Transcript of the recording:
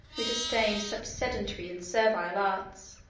who disdained such sedentary and servile arts,